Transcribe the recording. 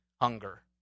hunger